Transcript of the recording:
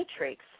matrix